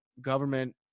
government